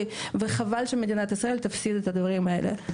וחבל שמדינת ישראל תפסיד את הדברים האלה.